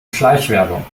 schleichwerbung